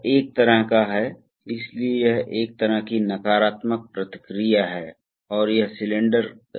इसलिए इसलिए pilot Pilot दबाव सैद्धांतिक रूप से किसी भी स्तर तक जा सकता है यह बहुत उच्च स्तर तक जा सकता है